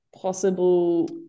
Possible